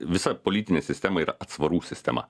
visa politinė sistema ir atsvarų sistema